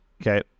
Okay